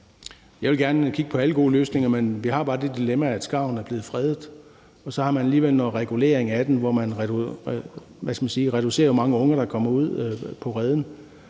Jeg vil gerne kigge på alle gode løsninger, men vi har bare det dilemma, at skarven er blevet fredet, og så har man alligevel noget regulering af bestanden af den, hvor man reducerer antallet af unger, der kommer ud i reden.